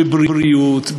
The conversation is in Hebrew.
בבריאות,